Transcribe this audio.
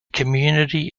community